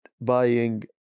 buying